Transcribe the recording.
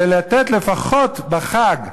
ולתת לפחות בחג,